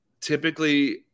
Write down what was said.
typically